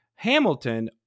Hamilton